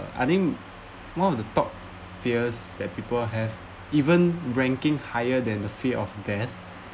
I think one of the top fears that people have even ranking higher than the fear of death